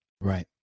Right